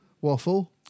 waffle